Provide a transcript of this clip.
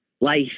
Life